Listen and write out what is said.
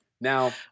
Now